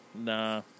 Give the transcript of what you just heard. Nah